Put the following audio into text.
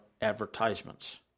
advertisements